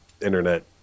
internet